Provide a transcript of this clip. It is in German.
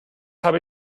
habe